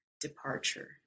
departure